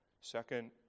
Second